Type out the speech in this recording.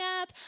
up